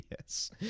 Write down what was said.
Yes